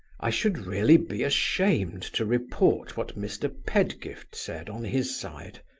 i should really be ashamed to report what mr. pedgift said on his side.